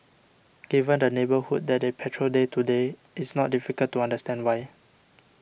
given the neighbourhood that they patrol day to day it's not difficult to understand why